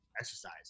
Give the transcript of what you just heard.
exercise